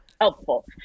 helpful